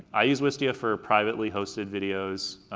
i use wistia for privately hosted videos,